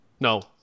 No